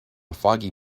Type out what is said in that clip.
foggy